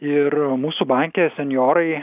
ir mūsų banke senjorai